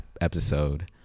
episode